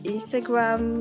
Instagram